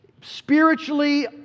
Spiritually